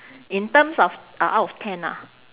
in terms of uh out of ten ah